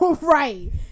right